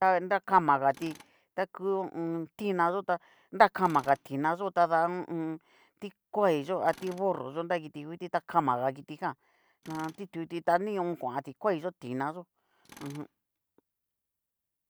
Ta nrakamagati ta ngu ho o on. tina yo'o ta nrakamaga tina yo'o tada ho o on. ti'kuaiyo, a ti'burroyo nakitinguti tá kamaga kitijan ha a na tituti ta nion, koan ti'kuaillo, tinayo mjun.